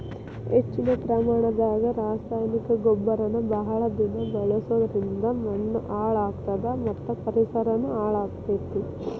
ಹೆಚ್ಚಿನ ಪ್ರಮಾಣದಾಗ ರಾಸಾಯನಿಕ ಗೊಬ್ಬರನ ಬಹಳ ದಿನ ಬಳಸೋದರಿಂದ ಮಣ್ಣೂ ಹಾಳ್ ಆಗ್ತದ ಮತ್ತ ಪರಿಸರನು ಹಾಳ್ ಆಗ್ತೇತಿ